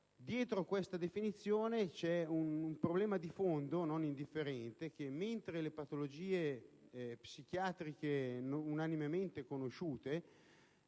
Dietro a questa definizione, vi è problema di fondo non indifferente, e cioè, che mentre le patologie psichiatriche unanimemente conosciute